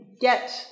get